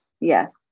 Yes